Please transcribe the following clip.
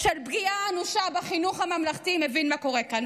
של פגיעה אנושה בחינוך הממלכתי מבין מה קורה כאן.